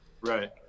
Right